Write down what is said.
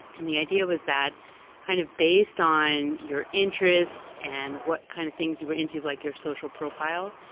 and the idea was that kind of based on your interests and what kind of things you were into, like your social profile,